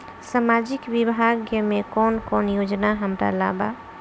सामाजिक विभाग मे कौन कौन योजना हमरा ला बा?